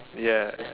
ya